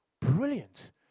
Brilliant